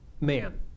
man